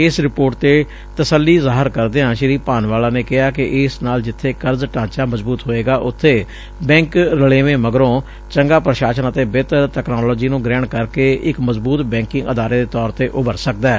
ਇਸ ਰਿਪੋਰਟ ਤੇ ਤਸੱਲੀ ਜ਼ਾਹਰ ਕਰਦਿਆਂ ਸ੍ਰੀ ਭਾਨਵਾਲਾ ਨੇ ਕਿਹਾ ਕਿ ਇਸ ਨਾਲ ਜਿਥੇ ਕਰਜ਼ ਢਾਂਚਾ ਮਜ਼ਬੂਤ ਹੋਵੇਗਾ ਉਬੇ ਬੈਂਕ ਰਲੇਵੇਂ ਮਗਰੋ ਚੰਗਾ ਪ੍ਸ਼ਾਸਨ ਅਤੇ ਬਿਹਤਰ ਤਕਨਾਲੋਜੀ ਨੂੰ ਗ੍ਹਿਣ ਕਰਕੇ ਇਕ ਮਜ਼ਬੂਤ ਬੈਕਿੰਗ ਅਦਾਰੇ ਦੇ ਤੌਰ ਤੇ ਉਭਰ ਸਕਦੈ